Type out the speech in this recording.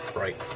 right,